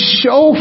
show